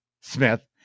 Smith